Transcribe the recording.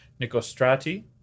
Nicostrati